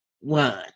one